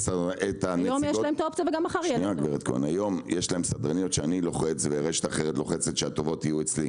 היום יש להם סדרניות שאני לוחץ ורשת אחרת לוחצת שהטובות יהיו אצלנו,